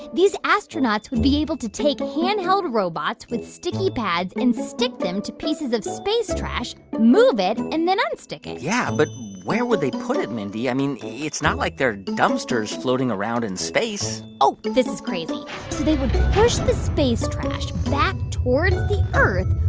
these astronauts would be able to take hand-held robots with sticky pads and stick them to pieces of space trash, move it and then unstick it yeah, but where would they put it, mindy? i mean, it's not like there are dumpsters floating around in space oh, this is crazy. so they would push the space trash back towards the earth,